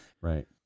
Right